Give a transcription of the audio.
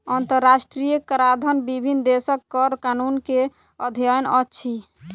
अंतरराष्ट्रीय कराधन विभिन्न देशक कर कानून के अध्ययन अछि